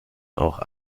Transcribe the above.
auch